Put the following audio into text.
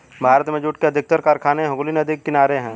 भारत में जूट के अधिकतर कारखाने हुगली नदी के किनारे हैं